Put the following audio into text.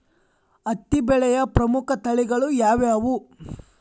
ಹತ್ತಿ ಬೆಳೆಯ ಪ್ರಮುಖ ತಳಿಗಳು ಯಾವ್ಯಾವು?